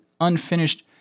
unfinished